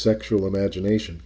sexual imagination